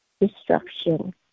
destruction